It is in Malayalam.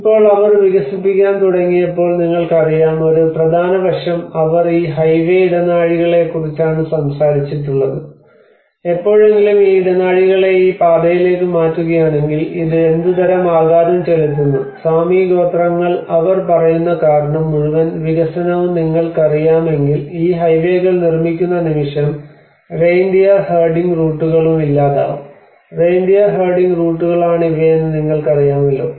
ഇപ്പോൾ അവർ വികസിപ്പിക്കാൻ തുടങ്ങിയപ്പോൾ നിങ്ങൾക്കറിയാം ഒരു പ്രധാന വശം അവർ ഈ ഹൈവേ ഇടനാഴികളെക്കുറിച്ചാണ് സംസാരിച്ചിട്ടുള്ളത് എപ്പോഴെങ്കിലും ഈ ഇടനാഴികളെ ഈ പാതയിലേക്ക് മാറ്റുകയാണെങ്കിൽ ഇത് എന്തുതരം ആഘാതം ചെലുത്തുന്നു സാമി ഗോത്രങ്ങൾ അവർ പറയുന്ന കാരണം മുഴുവൻ വികസനവും നിങ്ങൾക്കറിയാമെങ്കിൽ ഈ ഹൈവേകൾ നിർമ്മിക്കുന്ന നിമിഷം റെയിൻഡിയർ ഹെർഡിംഗ് റൂട്ടുകളും ഇല്ലാതാകും റെയിൻഡിയർ ഹെർഡിംഗ് റൂട്ടുകളാണിവയെന്ന് നിങ്ങൾക്കറിയാമല്ലോ